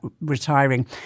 retiring